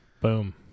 Boom